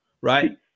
right